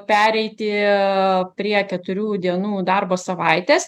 pereiti prie keturių dienų darbo savaitės